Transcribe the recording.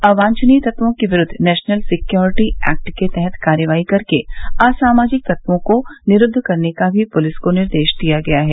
अवांछनीय तत्वो के विरूद्व नेशनल सिक्योरिटी एक्ट के तहत कार्रवाई कर के असामाजिक तत्वों को निरूद्व करने का भी पुलिस को निर्देश दिया गया है